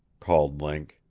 called link.